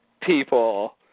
people